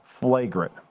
flagrant